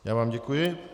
Já vám děkuji.